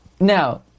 Now